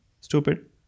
Stupid